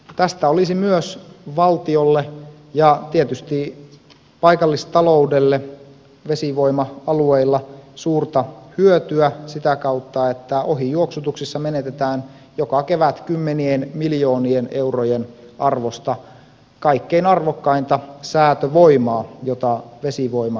tästä olisi myös valtiolle ja tietysti paikallistaloudelle vesivoima alueilla suurta hyötyä sitä kautta että ohijuoksutuksissa menetetään joka kevät kymmenien miljoonien eurojen arvosta kaikkein arvokkainta säätövoimaa jota vesivoima käytännössä on